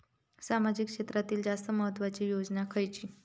सामाजिक क्षेत्रांतील जास्त महत्त्वाची योजना खयची?